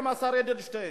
גם השר אדלשטיין.